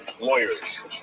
lawyers